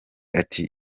ati